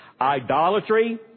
idolatry